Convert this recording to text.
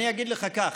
אני אגיד לך כך,